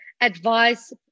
advice